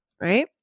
right